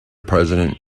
president